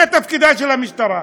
זה תפקידה של המשטרה.